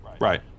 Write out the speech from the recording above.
Right